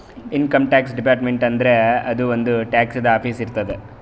income tax department ಅಂದುರ್ ಅದೂ ಒಂದ್ ಟ್ಯಾಕ್ಸದು ಆಫೀಸ್ ಇರ್ತುದ್